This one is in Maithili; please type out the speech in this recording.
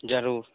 जरूर